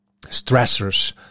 stressors